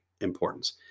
importance